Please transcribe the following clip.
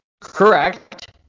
Correct